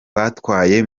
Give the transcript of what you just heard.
batwaye